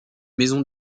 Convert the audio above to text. maison